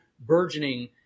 burgeoning